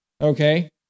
okay